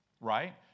Right